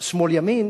לשמאל ימין,